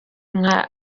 nka